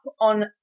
on